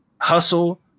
hustle